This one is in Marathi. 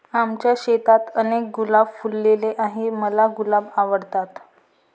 आमच्या शेतात अनेक गुलाब फुलले आहे, मला गुलाब आवडतात